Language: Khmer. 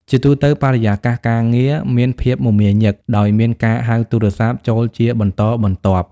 ជាទូទៅ បរិយាកាសការងារមានភាពមមាញឹក ដោយមានការហៅទូរស័ព្ទចូលជាបន្តបន្ទាប់។